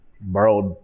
borrowed